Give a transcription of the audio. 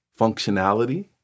functionality